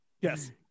Yes